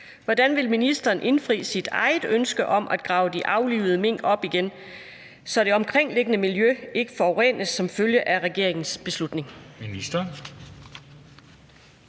Hvordan vil ministeren indfri sit eget ønske om at grave de aflivede mink op igen, så det omkringliggende miljø ikke forurenes som følge af regeringens beslutning?